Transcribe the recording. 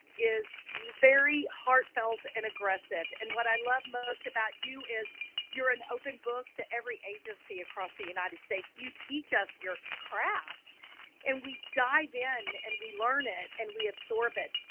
is very heartfelt and aggressive and what i love most about you is you're an open book to every agency across the united states. you teach us your craft and we dive in and we learn it and we absorb it.